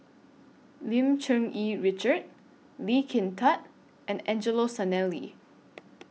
Lim Cherng Yih Richard Lee Kin Tat and Angelo Sanelli